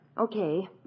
Okay